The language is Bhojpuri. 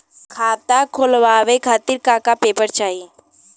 खाता खोलवाव खातिर का का पेपर चाही?